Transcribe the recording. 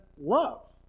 love